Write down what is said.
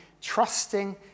trusting